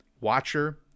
watcher